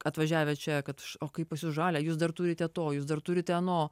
atvažiavę čia kad o kaip žalią jūs dar turite to jūs dar turite ano